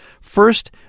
first